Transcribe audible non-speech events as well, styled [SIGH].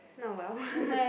now well [LAUGHS]